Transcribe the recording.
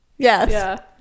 Yes